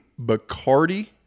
Bacardi